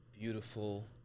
beautiful